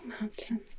mountain